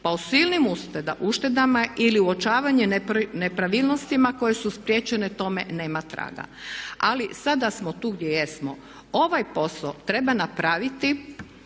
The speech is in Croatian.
pa o silnim uštedama ili uočavanjem nepravilnosti koje su spriječene tome nema traga. Ali, sada smo tu gdje jesmo. Ovaj posao treba napraviti